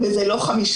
שם זה 15.5%,